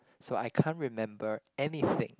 so I can't remember anything